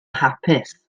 hapus